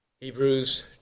Hebrews